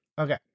Okay